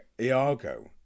Iago